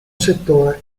settore